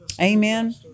Amen